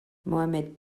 mohammed